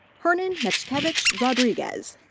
hernan matzkevich rodrigues.